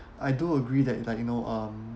I do agree that like you know um